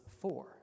four